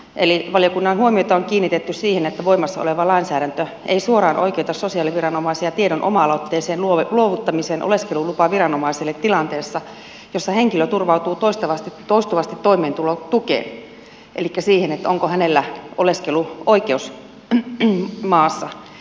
eli valiokunnan huomiota on kiinnitetty siihen että voimassa oleva lainsäädäntö ei suoraan oikeuta sosiaaliviranomaisia tiedon oma aloitteiseen luovuttamiseen oleskelulupaviranomaiselle tilanteessa jossa henkilö turvautuu toistuvasti toimeentulotukeen elikkä siihen onko hänellä oleskeluoikeus maassa